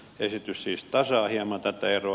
esitys siis tasaa hieman tätä eroa